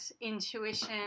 intuition